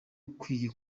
ukwiye